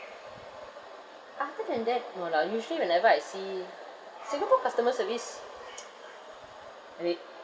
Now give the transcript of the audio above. other than that no lah usually whenever I see singapore customer service I mean